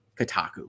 Kotaku